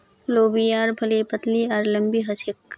लोबियार फली पतली आर लम्बी ह छेक